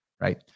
right